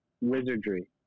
Wizardry